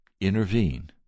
intervene